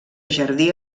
jardí